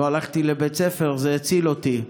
לא הלכתי לבית ספר, זה הציל אותי.